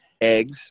eggs